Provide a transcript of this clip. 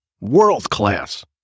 world-class